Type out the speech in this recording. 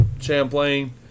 Champlain